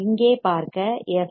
இங்கே பார்க்க எஃப்